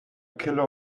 kilo